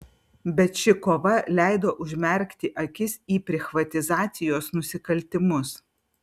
bet ši kova leido užmerkti akis į prichvatizacijos nusikaltimus